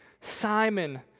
Simon